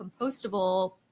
compostable